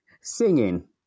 singing